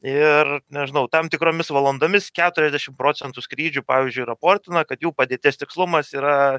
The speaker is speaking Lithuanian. ir nežinau tam tikromis valandomis keturiasdešim procentų skrydžių pavyzdžiui raportina kad jų padėties tikslumas yra